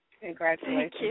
Congratulations